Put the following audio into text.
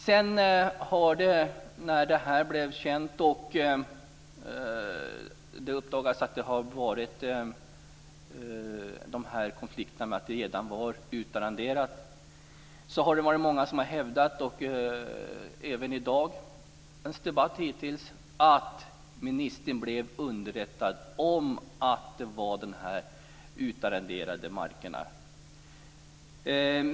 Sedan, när det här blev känt och de här konflikterna med att det redan var utarrenderat uppdagades, har det varit många som har hävdat, även hittills i dagens debatt, att ministern blev underrättad om de här utarrenderade markerna.